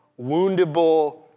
woundable